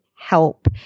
Help